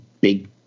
big